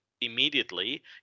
immediately